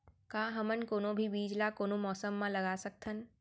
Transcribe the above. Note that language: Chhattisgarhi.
का हमन कोनो भी बीज ला कोनो मौसम म लगा सकथन?